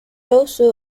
also